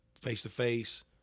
face-to-face